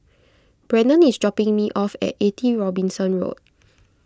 Brannon is dropping me off at eighty Robinson Road